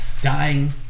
dying